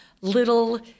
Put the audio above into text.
little